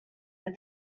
that